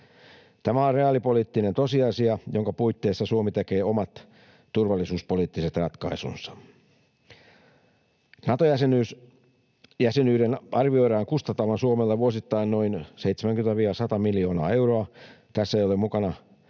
Tämä on reaalipoliittinen tosiasia, jonka puitteissa Suomi tekee omat turvallisuuspoliittiset ratkaisunsa. Nato-jäsenyyden arvioidaan kustantavan Suomelle vuosittain noin 70–100 miljoonaa euroa. Tässä ei ole mukana